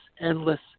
endless